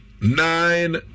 nine